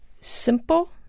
Simple